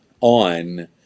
on